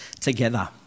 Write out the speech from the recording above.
together